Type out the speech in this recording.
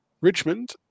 Richmond